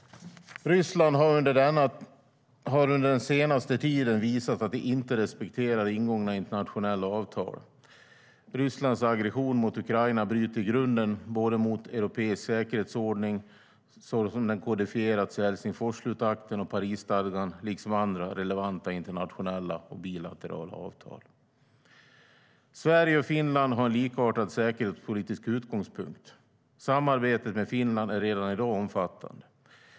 Ryssland har under den senaste tiden visat att det inte respekterar ingångna internationella avtal. Rysslands aggression mot Ukraina bryter i grunden mot den europeiska säkerhetsordningen, såsom den kodifierats i Helsingforsslutakten och Parisstadgan, liksom mot andra relevanta internationella och bilaterala avtal. Sverige och Finland har en likartad säkerhetspolitisk utgångspunkt. Samarbetet med Finland är redan i dag omfattande.